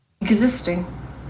existing